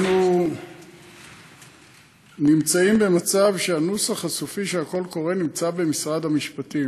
אנחנו נמצאים במצב שהנוסח הסופי של הקול הקורא נמצא במשרד המשפטים,